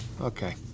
okay